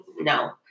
no